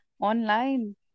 Online